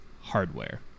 hardware